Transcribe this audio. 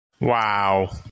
Wow